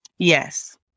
Yes